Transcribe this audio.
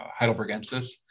Heidelbergensis